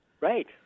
Right